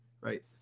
right